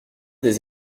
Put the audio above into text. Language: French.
des